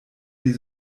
die